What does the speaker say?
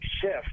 shift